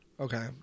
okay